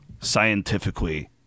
scientifically